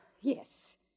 Yes